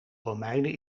romeinen